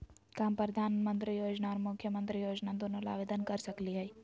का हम प्रधानमंत्री योजना और मुख्यमंत्री योजना दोनों ला आवेदन कर सकली हई?